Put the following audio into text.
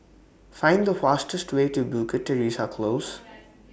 Find The fastest Way to Bukit Teresa Close